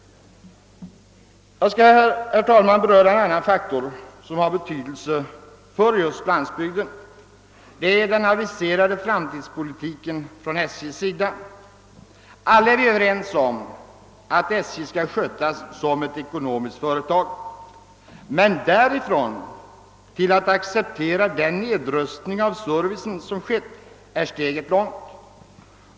Jag skall, herr talman, beröra en an nän faktor som har betydelse just för landsbygden, nämligen SJ:s aviserade framtidspolitik. Alla är vi överens om att SJ skall :skötas som ett affärsföretag, men därifrån till att acceptera den nedrustning av servicen som förekommit är steget långt.